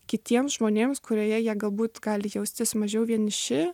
kitiems žmonėms kurioje jie galbūt gali jaustis mažiau vieniši